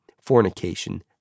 fornication